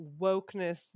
wokeness